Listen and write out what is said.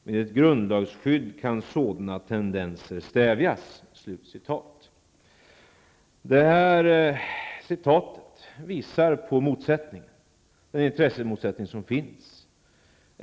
Med ett grundlagsskydd kan sådana tendenser stävjas.'' Detta citat visar på den intressemotsättning som finns.